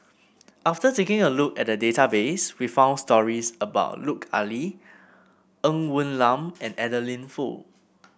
after taking a look at the database we found stories about Lut Ali Ng Woon Lam and Adeline Foo